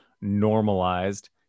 normalized